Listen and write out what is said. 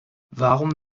warum